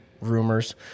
rumors